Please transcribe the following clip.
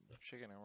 chicken